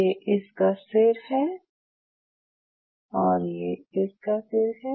ये इसका सिर है और ये इसका सिर है